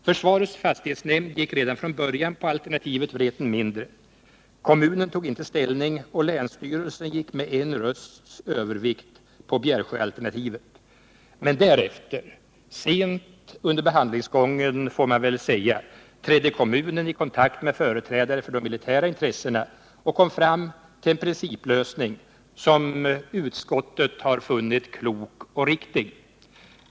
Försvarets fastighetsnämnd gick redan från början på alternativet Vreten 108 mindre. Kommunen tog inte ställning, och länsstyrelsen gick med en rösts övervikt på Bjärsjöalternativet. Men därefter — sent under behandlingsgången får man väl säga — trädde kommunen i kontakt med företrädare för de militära intressena och kom fram till en principlösning som utskottet har funnit klok och riktig.